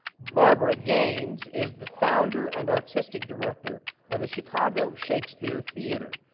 barbara gaines is the founder and artistic director of the chicago shakespeare theatre,